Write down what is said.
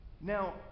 Now